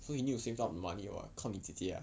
so he need to save up the money what 靠你姐姐 ah